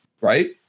Right